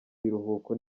biruhuko